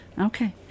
okay